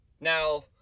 Now